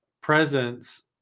presence